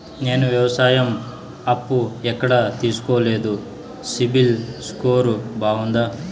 నేను వ్యవసాయం అప్పు ఎక్కడ తీసుకోలేదు, సిబిల్ స్కోరు బాగుందా?